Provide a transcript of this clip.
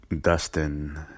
dustin